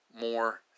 more